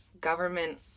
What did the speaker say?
Government